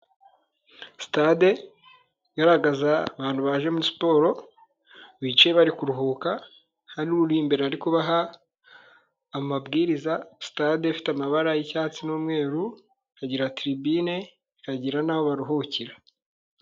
Sitade igaragaza abantu baje muri siporo, bicaye bari kuruhuka, hari uri imbere ari kubaha amabwiriza, sitade ifite amabara y'icyatsi n'umweru ikagira tiribine, ikagira n'aho baruhukira.